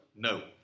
No